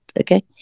okay